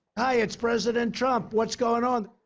hi. it's president trump. what's going on?